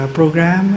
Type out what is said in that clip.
program